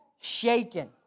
shaken